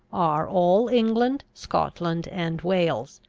are all england, scotland, and wales.